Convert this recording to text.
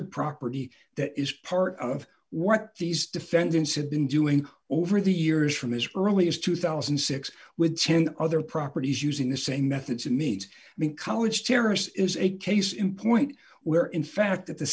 of property that is part of what these defendants have been doing over the years from is really is two thousand and six with ten other properties using the same methods to meet me in college terrorist is a case in point where in fact at the